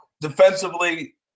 defensively